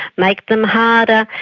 make them harder.